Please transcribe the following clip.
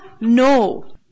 No